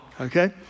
Okay